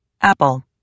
Apple